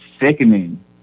sickening